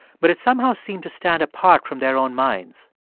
but it somehow seemed to stand apart from their own minds.